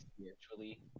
spiritually